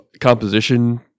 composition